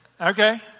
Okay